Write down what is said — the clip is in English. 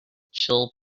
chill